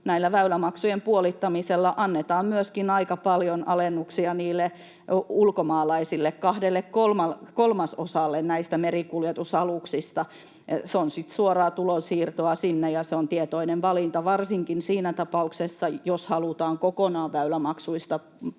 tällä väylämaksujen puolittamisella annetaan myöskin aika paljon alennuksia niille ulkomaalaisille, kahdelle kolmasosalle näistä merikuljetusaluksista. Se on sitten suoraa tulonsiirtoa sinne, ja se on tietoinen valinta, varsinkin siinä tapauksessa, jos halutaan kokonaan väylämaksuista pois.